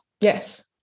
Yes